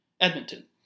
Edmonton